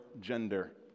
gender